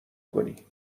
کنی